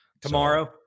Tomorrow